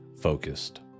focused